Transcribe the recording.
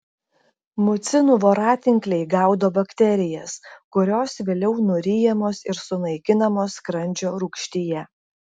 mucinų voratinkliai gaudo bakterijas kurios vėliau nuryjamos ir sunaikinamos skrandžio rūgštyje